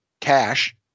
cash